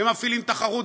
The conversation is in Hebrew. ומפעילים תחרות,